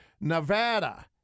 Nevada